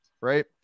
right